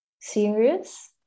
serious